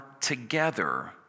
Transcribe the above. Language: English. together